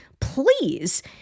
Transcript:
please